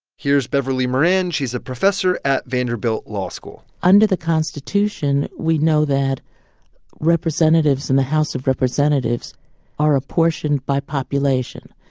here's beverly moran. she's a professor at vanderbilt law school under the constitution, we know that representatives in the house of representatives are apportioned by population,